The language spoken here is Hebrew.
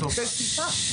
זה סִפָּהּ.